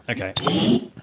Okay